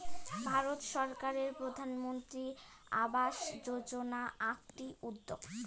ভারত সরকারের প্রধানমন্ত্রী আবাস যোজনা আকটি উদ্যেগ